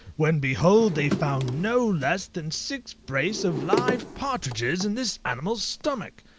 when, behold, they found no less than six brace of live partridges in this animal's stomach!